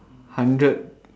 hundred